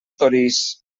torís